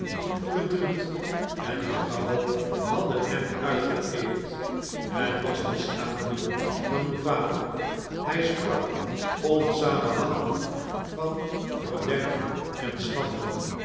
verdriet en berouw hadden hem uitgeteerd het was de schaduw van uw vader hij sprak onsamenhangend van verderf en schande